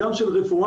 גם של רפואה,